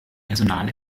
personal